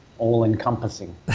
All-encompassing